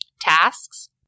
tasks